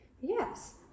Yes